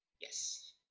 Yes